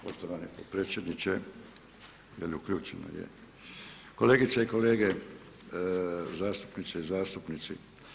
Poštovani potpredsjedniče, kolegice i kolege zastupnice i zastupnici.